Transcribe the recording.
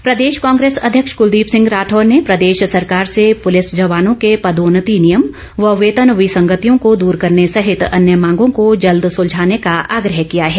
राठौर प्रदेश कांग्रेस अध्यक्ष कुलदीप सिंह राठौर ने प्रदेश सरकार से पुलिस जवानों के पदोन्नति नियम व वेतन विसंगतियों को दूर करने सहित अन्य मांगों को जल्द सुलझाने का आग्रह किया है